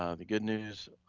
um the good news,